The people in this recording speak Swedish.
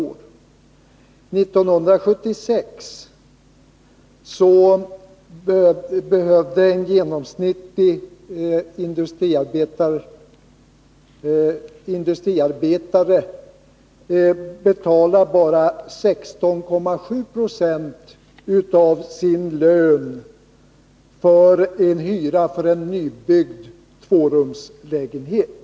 År 1976 behövde en industriarbetare betala bara 16,7 96 av sin lön i hyra för en nybyggd tvårumslägenhet.